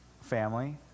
family